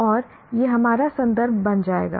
और यह हमारा संदर्भ बन जाएगा